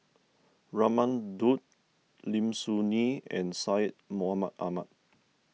Raman Daud Lim Soo Ngee and Syed Mohamed Ahmed